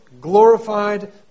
glorified